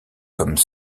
comme